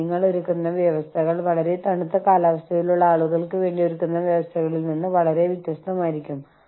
നാം കാര്യങ്ങൾ ചെയ്യുന്ന രീതി അതിരുകൾക്കപ്പുറത്ത് പോലും വളരെ സാമ്യമുള്ളതായി തീർന്നു